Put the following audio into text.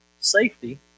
Safety